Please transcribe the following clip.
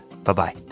Bye-bye